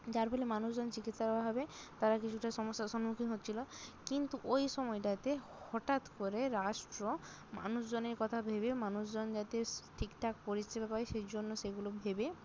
যার ফলে মানুষজন চিকিৎসার অভাবে তারা কিছুটা সমস্যার সম্মুখীন হচ্ছিল কিন্তু ওই সময়টাতে হঠাৎ করে রাষ্ট্র মানুষজনের কথা ভেবে মানুষজন যাতে ঠিকঠাক পরিষেবা পায় সেই জন্য সেইগুলো ভেবে